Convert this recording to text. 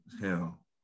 hell